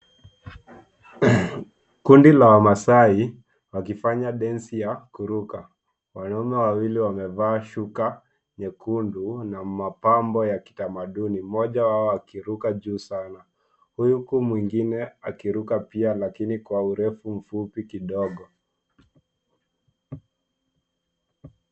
Kundi la Wamaasai wakifanya densi ya kuruka, wanaume wawili wamevaa shuka nyekundu na mapambo ya kitamaduni, mmoja wao akiruka juu sana huku mwengine akiruka pia lakini kwa urefu mfupi kidogo.